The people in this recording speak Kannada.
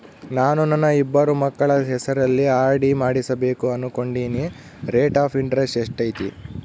ನಾನು ನನ್ನ ಇಬ್ಬರು ಮಕ್ಕಳ ಹೆಸರಲ್ಲಿ ಆರ್.ಡಿ ಮಾಡಿಸಬೇಕು ಅನುಕೊಂಡಿನಿ ರೇಟ್ ಆಫ್ ಇಂಟರೆಸ್ಟ್ ಎಷ್ಟೈತಿ?